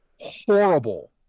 horrible –